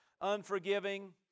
unforgiving